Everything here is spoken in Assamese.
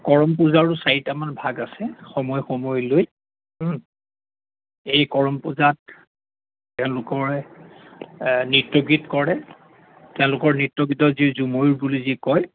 কৰম পূজাৰো চাৰিটামান ভাগ আছে সময় সময় লৈ এই কৰম পূজাত তেওঁলোকে নৃত্য গীত কৰে তেওঁলোকৰ নৃত্য গীতক যি ঝুমুৰ বুলি যি কয়